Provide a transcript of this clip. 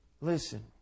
Listen